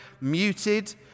muted